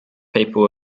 people